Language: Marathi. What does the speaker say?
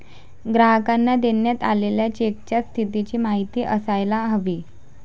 ग्राहकांना देण्यात आलेल्या चेकच्या स्थितीची माहिती असायला हवी